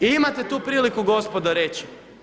Imate tu priliku gospodo reći.